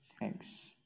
thanks